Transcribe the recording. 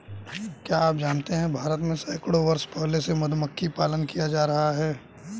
क्या आप जानते है भारत में सैकड़ों वर्ष पहले से मधुमक्खी पालन किया जाता रहा है?